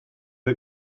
der